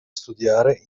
studiare